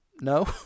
no